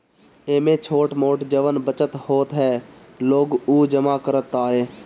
एमे छोट मोट जवन बचत होत ह लोग उ जमा करत तारे